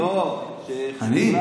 אני?